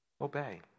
Obey